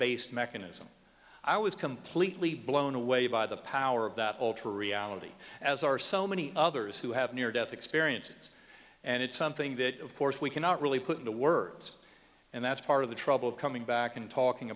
based mechanism i was completely blown away by the power of that old a reality as are so many others who have near death experiences and it's something that of course we cannot really put into words and that's part of the trouble of coming back and talking